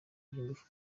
by’ingufu